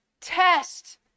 test